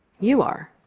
you are.